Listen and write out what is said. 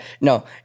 no